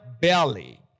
belly